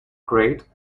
crate